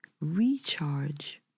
recharge